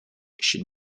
chez